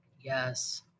Yes